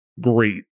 great